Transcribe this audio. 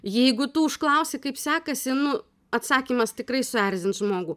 jeigu tu užklausi kaip sekasi nu atsakymas tikrai suerzins žmogų